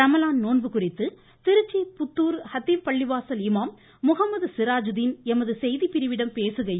ரமலான் நோன்பு குறித்து திருச்சி புத்தூர் ஹத்தீம் பள்ளிவாசல் இமாம் முகமது ஷிராஜீதீன் எமது செய்திப்பிரிவிடம் பேசுகையில்